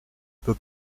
peut